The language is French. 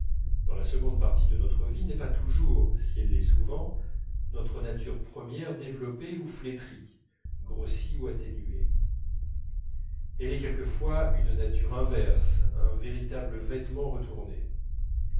dans la seconde partie de notre vie n'est pas toujours si elle l'est souvent notre nature première développée ou flétrie grossie ou atténuée elle est quelquefois une nature inverse un véritable vêtement retourné